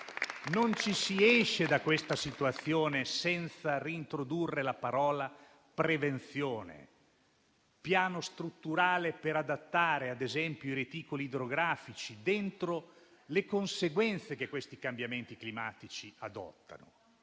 Non si esce da questa situazione senza reintrodurre la parola "prevenzione". Occorre un piano strutturale per adattare, ad esempio, i reticoli idrografici dentro le conseguenze che questi cambiamenti climatici apportano.